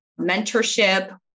mentorship